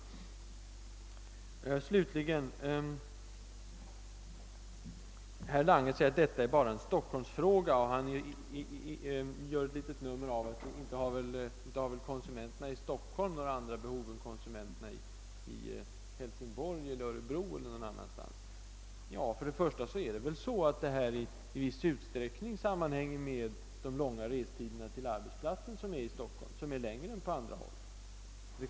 Herr talman! Herr Lange säger att detta bara är en Stockholmsfråga. Han gör ett litet nummer av att konsumenterna i Stockholm skulle ha andra behov än konsumenterna i Hälsingborg, Örebro eller någon annanstans. För det första sammanhänger stockholmarnas behov av öppethållande i stor utsträckning med restiderna till arbetsplatsen, som är längre i Stockholm än på andra håll.